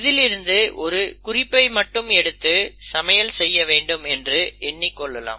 இதிலிருந்து ஒரு குறிப்பை எடுத்து சமையல் செய்ய வேண்டும் என்று எண்ணிக் கொள்ளலாம்